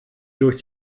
durch